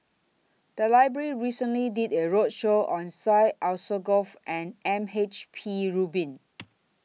The Library recently did A roadshow on Syed Alsagoff and M H P Rubin